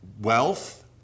wealth